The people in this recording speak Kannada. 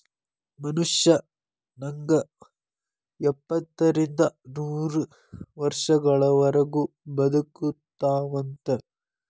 ಮನುಷ್ಯ ನಂಗ ಎಪ್ಪತ್ತರಿಂದ ನೂರ ವರ್ಷಗಳವರಗು ಬದಕತಾವಂತ